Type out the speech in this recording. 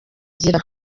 agira